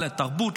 לתרבות,